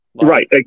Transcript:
right